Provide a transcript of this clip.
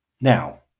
Now